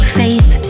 faith